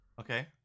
Okay